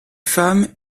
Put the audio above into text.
femmes